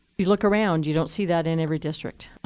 you look around, you don't see that in every district.